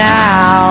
now